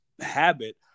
habit